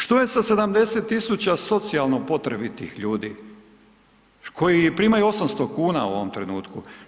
Što je sa 70 000 socijalno potrebitih ljudi koji primaju 800,00 kn u ovom trenutku?